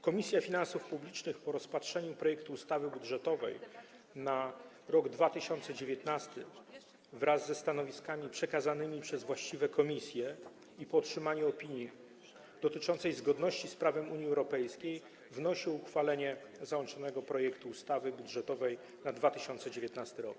Komisja Finansów Publicznych po rozpatrzeniu projektu ustawy budżetowej na rok 2019, wraz ze stanowiskami przekazanymi przez właściwe komisje i po otrzymaniu opinii dotyczącej zgodności z prawem Unii Europejskiej, wnosi o uchwalenie załączonego projektu ustawy budżetowej na 2019 r.